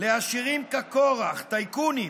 לעשירים כקורח, טייקונים,